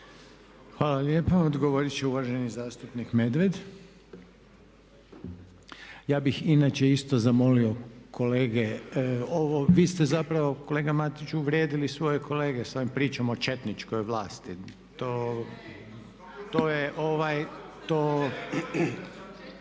Hvala lijepo. Odgovoriti će uvaženi zastupnik Medved. Ja bih inače isto zamolio kolege, ovo, vi ste zapravo kolega Matić uvrijedili svoje kolege sa ovom pričom o četničkoj vlasti. To je …